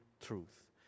truth